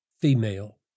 female